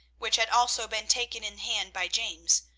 which had also been taken in hand by james,